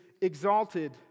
exalted